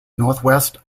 northwest